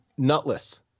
Nutless